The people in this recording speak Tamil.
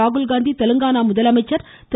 ராகுல்காந்தி தெலுங்கானா முதலமைச்சர் திரு